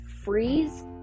freeze